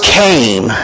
came